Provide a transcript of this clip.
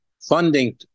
funding